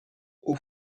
haut